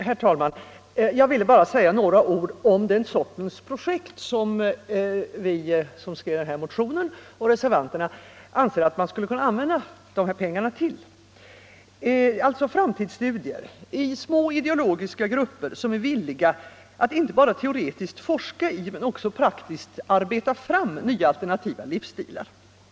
Herr talman! Jag vill bara säga några ord om den sortens projekt som vi som skrivit motionen 1973 och reservanterna anser att man skulle kunna använda pengarna till — alltså framtidsstudier i små ideologiska grupper som är villiga att inte bara teoretiskt forska i men också praktiskt arbeta fram nya alternativa livsstilar.